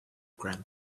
grant